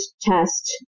test